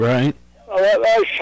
Right